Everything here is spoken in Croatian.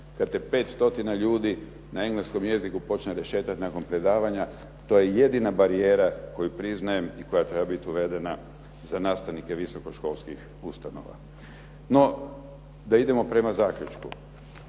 kad te 5 stotina ljudi na engleskom jeziku počne rešetati nakon predavanja, to je jedina barijera koju priznajem i koja treba biti uvedena za nastavnike visoko školskih ustanova. No, da idemo prema zaključku.